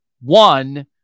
one